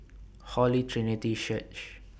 Holy Trinity Church